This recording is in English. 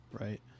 right